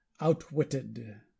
outwitted